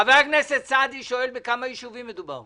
חבר הכנסת סעדי שואל בכמה יישובים מדובר.